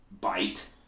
bite